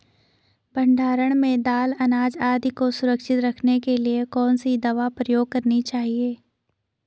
भण्डारण में दाल अनाज आदि को सुरक्षित रखने के लिए कौन सी दवा प्रयोग करनी चाहिए?